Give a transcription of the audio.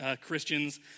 Christians